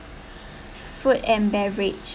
food and beverage